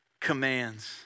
commands